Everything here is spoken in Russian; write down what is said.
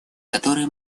которой